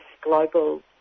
global